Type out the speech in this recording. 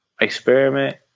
Experiment